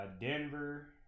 Denver